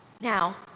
Now